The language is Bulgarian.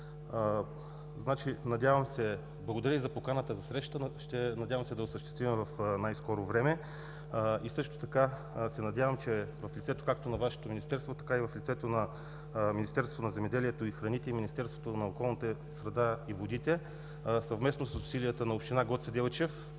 Благодаря и за поканата за среща, надявам се да я осъществим в най-скоро време и също така се надявам, че в лицето както на Вашето Министерство, така и в лицето на Министерството на земеделието и храните, и Министерството на околната среда и водите, съвместно с усилията на община Гоце Делчев